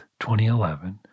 2011